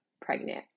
pregnant